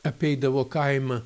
apeidavo kaimą